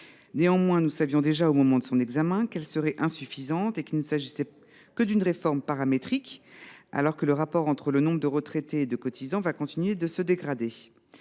Néanmoins, nous savions déjà, au moment de son examen, qu’elle serait insuffisante et qu’il ne s’agissait que d’une réforme paramétrique, alors que le rapport entre le nombre de retraités et de cotisants va continuer à se dégrader.